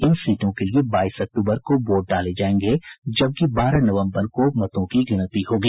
इन सीटों के लिए बाईस अक्टूबर को वोट डाले जायेंगे जबकि बारह नवम्बर को मतगणना होगी